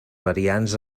variants